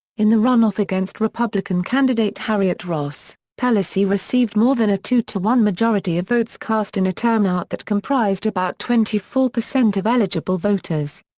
in the runoff against republican candidate harriet ross, pelosi received more than a two to one majority of votes cast in a turnout that comprised about twenty four percent of eligible voters.